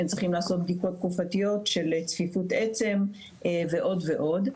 צריכים לעשות בדיקות תקופתיות של צפיפות עצם ועוד ועוד.